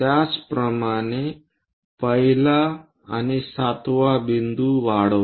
त्याचप्रमाणे 1 ला आणि 7 वा बिंदू वाढवा